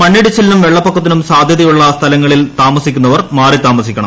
മണ്ണിടിച്ചിലിനും വെള്ളപ്പൊക്കത്തിനും സാധ്യതയുള്ള സ്ഥലങ്ങളിൽ താമസിക്കുന്നവർ മാറി താമസിക്കണം